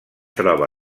troba